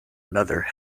another